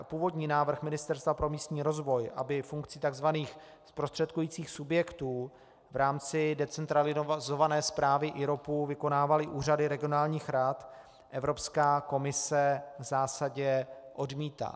Původní návrh Ministerstva pro místní rozvoj, aby funkci takzvaných zprostředkujících subjektů v rámci decentralizované správy IROPu vykonávaly úřady regionálních rad, Evropská komise v zásadě odmítá.